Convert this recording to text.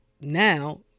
now